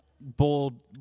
bold